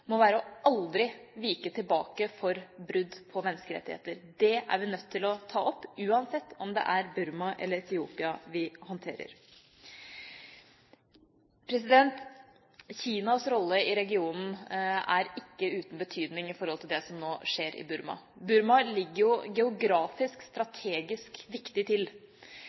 menneskerettigheter. Det er vi nødt til å ta opp, uansett om det er Burma eller Etiopia vi håndterer. Kinas rolle i regionen er ikke uten betydning når det gjelder det som nå skjer i Burma. Burma ligger jo geografisk strategisk viktig til.